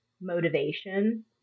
motivation